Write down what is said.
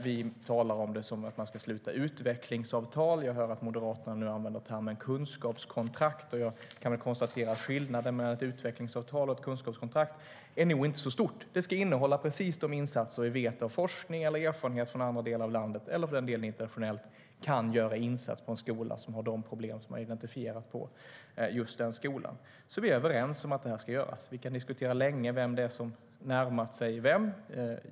Vi säger att man ska sluta utvecklingsavtal. Jag hör att Moderaterna nu använder termen "kunskapskontrakt". Jag kan konstatera att skillnaden mellan ett utvecklingsavtal och ett kunskapskontrakt nog inte är så stor. Det ska innehålla precis de insatser som vi - från forskning eller erfarenheter från andra delar av landet eller för den delen internationellt - vet kan göra skillnad för en skola som har de problem som man har identifierat på just den skolan. Vi är överens om att detta ska göras. Vi kan diskutera länge vem det är som har närmat sig vem.